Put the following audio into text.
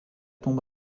tombe